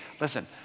listen